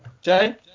Jay